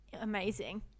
amazing